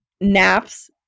naps